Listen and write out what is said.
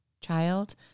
child